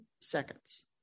seconds